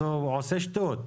אז הוא עושה שטות.